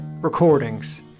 recordings